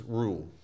rule